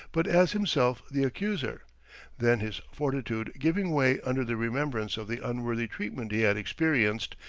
but as himself the accuser then, his fortitude giving way under the remembrance of the unworthy treatment he had experienced,